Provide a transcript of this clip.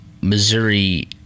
Missouri